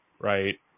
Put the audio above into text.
right